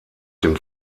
dem